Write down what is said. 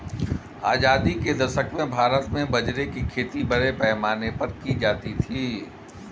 आजादी के दशक में भारत में बाजरे की खेती बड़े पैमाने पर की जाती थी